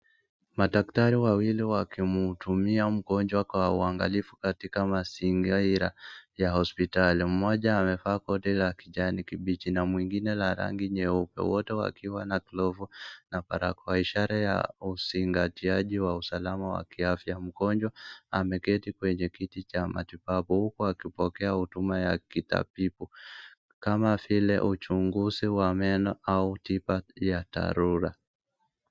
Madaktari wawili wakimhudumia mgonjwa kwa uangalifu katika mazingira ya hospitali. Mmoja amevaa koti la kijani kibichi na mwingine la rangi nyeupe wote wakiwa na glovu na barakoa ishara ya usingatiaji wa usalama wa kiafya. Mgonjwa ameketi kwenye kiti cha matibabu huku akipokea huduma ya kitabibu kama vile uchunguzi wa meno au tiba ya dharura.